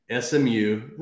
SMU